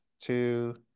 two